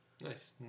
Nice